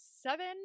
seven